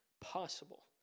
possible